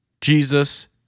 Jesus